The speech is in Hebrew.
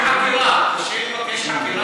תבקשי חקירה.